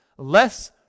Less